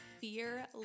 fear